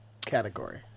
category